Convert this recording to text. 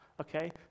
Okay